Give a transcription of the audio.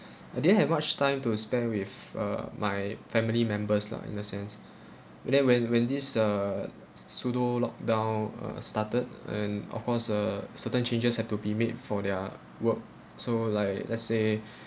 I didn't have much time to spend with uh my family members lah in the sense and then when when this uh s~ pseudo lockdown uh started and of course uh certain changes have to be made for their work so like let's say